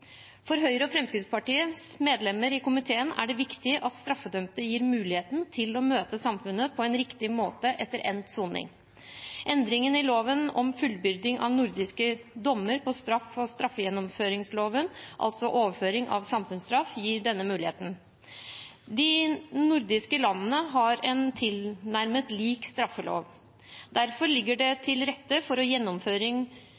For Høyres og Fremskrittspartiets medlemmer i komiteen er det viktig at straffedømte gis muligheten til å møte samfunnet på en riktig måte etter endt soning. Endringer i lov om fullbyrding av nordiske dommer på straff og straffegjennomføringsloven, altså overføring av samfunnsstraff, gir denne muligheten. De nordiske landene har en tilnærmet lik straffelov, derfor ligger det